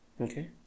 Okay